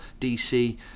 DC